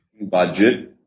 budget